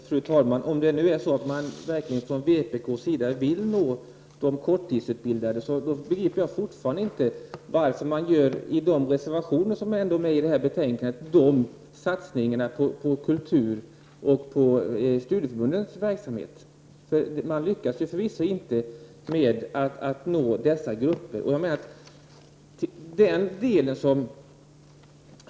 Fru talman! Vill vpk verkligen nå de korttidsutbildade, begriper jag fortfarande inte varför det i vpk-reservationerna föreslås satsningar på kulturoch studieförbundsverksamhet. På det sättet lyckas man inte att nå de ifrågavarande grupperna.